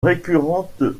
récurrente